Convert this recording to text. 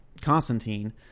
Constantine